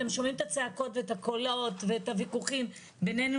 אתם שומעים את הצעקות ואת הקולות ואת הוויכוחים בינינו,